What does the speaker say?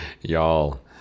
Y'all